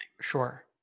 sure